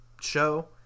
show